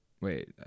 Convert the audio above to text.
Wait